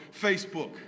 Facebook